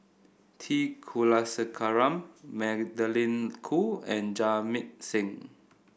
T Kulasekaram Magdalene Khoo and Jamit Singh